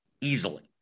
easily